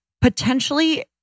potentially